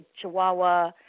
Chihuahua